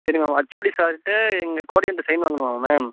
சரி ma'am HOD சார்கிட்ட எங்க குவாடினேட்டர்ட்ட சையின் வாங்கனுமா மேம்